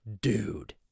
Dude